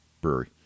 Brewery